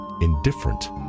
indifferent